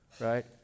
right